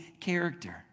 character